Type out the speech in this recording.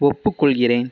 ஒப்புக்கொள்கிறேன்